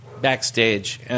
Backstage